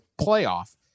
playoff